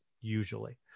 usually